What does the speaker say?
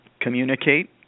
communicate